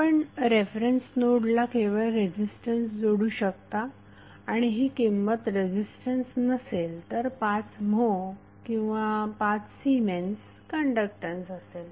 आपण रेफरन्स नोडला केवळ रेझीस्टन्स जोडू शकता आणि ही किंमत रेझीस्टन्स नसेल तर 5 म्हो किंवा 5 सीमेन्स कण्डक्टन्स असेल